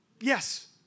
Yes